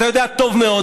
אתה יודע טוב מאוד.